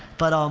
but, um,